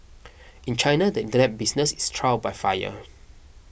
in China the Internet business is trial by fire